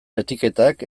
etiketak